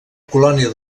colònia